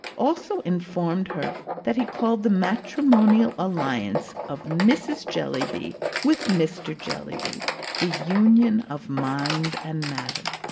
also informed her that he called the matrimonial alliance of mrs. jellyby with mr. jellyby the union of mind and matter.